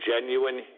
genuine